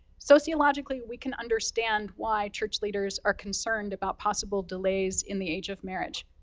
sociologically, we can understand why church leaders are concerned about possible delays in the age of marriage,